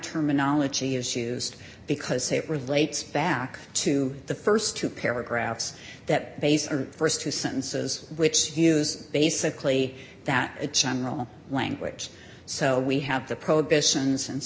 terminology issues because it relates back to the st two paragraphs that base or st two sentences which use basically that a general language so we have the prohibitions